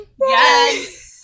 Yes